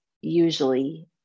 usually